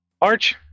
arch